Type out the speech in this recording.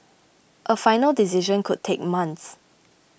a final decision could take months